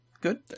good